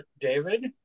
David